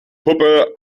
puppe